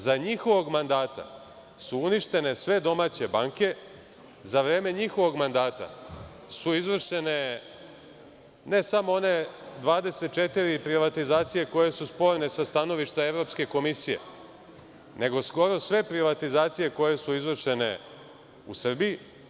Za vreme njihovog mandata su uništene sve domaće banke, za vreme njihovog mandata su izvršene ne samo one 24 privatizacije koje su sporne sa stanovišta evropske komisije, nego skoro sve privatizacije koje su izvršene u Srbiji.